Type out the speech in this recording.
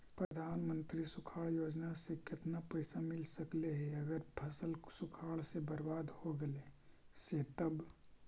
प्रधानमंत्री सुखाड़ योजना से केतना पैसा मिल सकले हे अगर फसल सुखाड़ से बर्बाद हो गेले से तब?